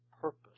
purpose